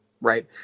right